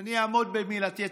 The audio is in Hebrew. אני אעמוד במילתי.